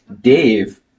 Dave